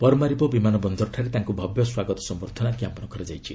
Paramaribo ବିମାନ ବନ୍ଦରଠାରେ ତାଙ୍କୁ ଭବ୍ୟ ସମ୍ଭର୍ଦ୍ଧନା ଜ୍ଞାପନ କରାଯାଇଛି